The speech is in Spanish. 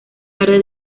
tarde